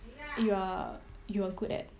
you are you are good at